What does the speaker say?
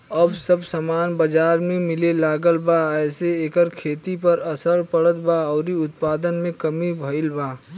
अब सब सामान बजार में मिले लागल बा एसे एकर खेती पर असर पड़ल बा अउरी उत्पादन में कमी भईल बा